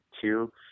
two